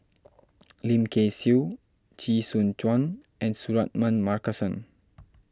Lim Kay Siu Chee Soon Juan and Suratman Markasan